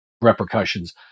repercussions